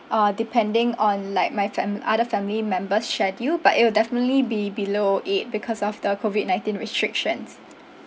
uh depending on like my fam~ other family members' schedule but it will definitely be below eight because of the COVID nineteen restrictions